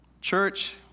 church